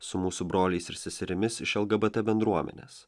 su mūsų broliais ir seserimis iš lgbt bendruomenės